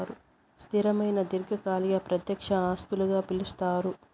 స్థిరమైన దీర్ఘకాలిక ప్రత్యక్ష ఆస్తులుగా పిలుస్తారు